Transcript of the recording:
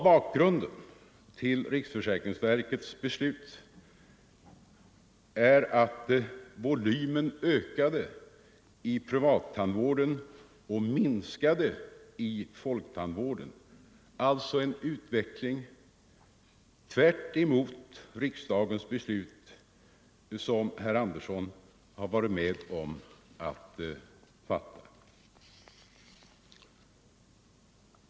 Bakgrunden till riksförsäkringsverkets beslut var att volymen ökade i privattandvården och minskade i folktandvården, alltså en utveckling tvärtemot riksdagens beslut som herr Andersson var med om att fatta.